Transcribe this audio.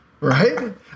Right